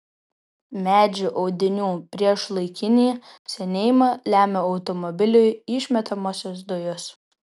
medžių audinių priešlaikinį senėjimą lemia automobilių išmetamosios dujos